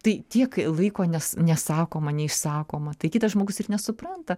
tai tiek laiko nes nesakoma neišsakoma tai kitas žmogus ir nesupranta